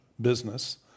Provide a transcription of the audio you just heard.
business